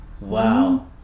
Wow